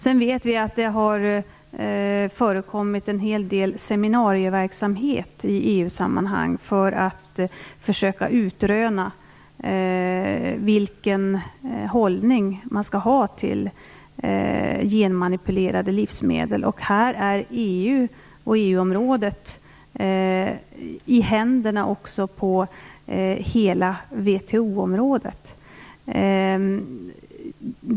Vi vet att det har förekommit en hel del seminarieverksamhet i EU-sammanhang för att försöka utröna vilken hållning man skall ha till genmanipulerade livsmedel. Här är EU och EU-området i händerna också på hela VHO-området.